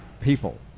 people